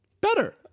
Better